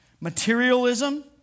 Materialism